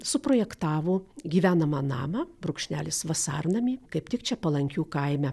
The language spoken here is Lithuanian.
suprojektavo gyvenamą namą brūkšnelis vasarnamį kaip tik čia palankių kaime